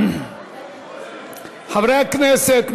חברי הכנסת,